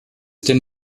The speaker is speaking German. denn